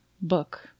book